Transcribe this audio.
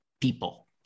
people